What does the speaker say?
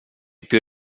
più